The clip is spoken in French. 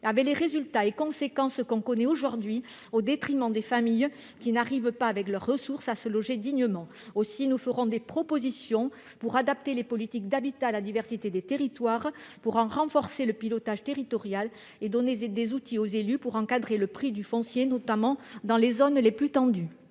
entraîné toutes les conséquences que l'on connaît aujourd'hui, au détriment des familles qui n'arrivent pas, avec leurs ressources, à se loger dignement. Aussi ferons-nous des propositions visant à adapter les politiques d'habitat à la diversité des territoires, à en renforcer le pilotage territorial et à donner des outils aux élus pour encadrer le prix du foncier, notamment dans les zones les plus tendues.